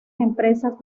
empresas